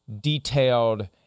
detailed